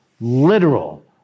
literal